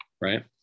right